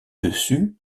dessus